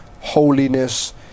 holiness